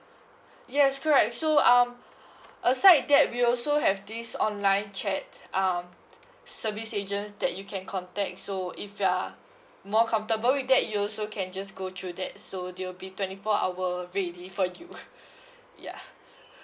yes correct so um aside that we also have this online chat um service agents that you can contact so if you're more comfortable with that you also can just go through that so they'll be twenty four hour ready for you ya